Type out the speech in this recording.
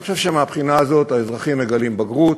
אני חושב שמהבחינה הזאת האזרחים מגלים בגרות,